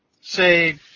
say